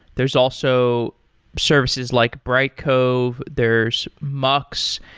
there's also services like brightcove, there's mux.